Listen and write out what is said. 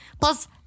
Plus-